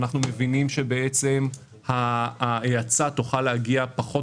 אנחנו מבינים שההאצה תוכל להגיע פחות